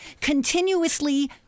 continuously